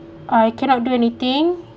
I cannot do anything